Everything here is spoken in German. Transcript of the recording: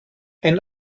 ein